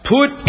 Put